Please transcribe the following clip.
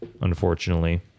unfortunately